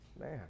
Man